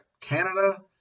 Canada